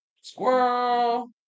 Squirrel